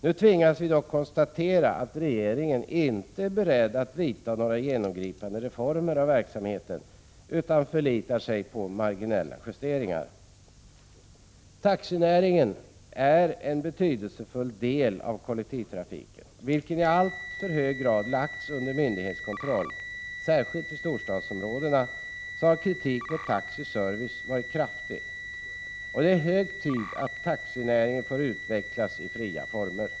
Vi tvingas dock konstatera att regeringen inte är beredd att vidta några genomgripande reformeringar av verksamheten utan förlitar sig på marginella justeringar. Taxinäringen är en betydelsefull del av kollektivtrafiken, vilken i alltför hög grad lagts under myndighetskontroll. Särskilt i storstadsområdena har kritiken mot taxis service varit kraftig. Det är hög tid att taxinäringen får utvecklas i fria former.